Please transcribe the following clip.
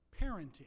parenting